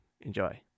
Enjoy